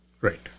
Right